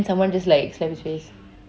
someone just like slap his face